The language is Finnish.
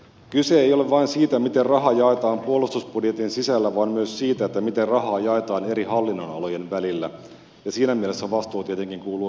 kyse ei ole vain siitä miten raha jaetaan puolustusbudjetin sisällä vaan myös siitä miten rahaa jaetaan eri hallinnonalojen välillä ja siinä mielessä vastuu tietenkin kuuluu koko hallitukselle